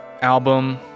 album